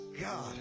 God